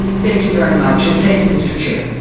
thank you very much. and thank you, mr. chair.